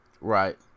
Right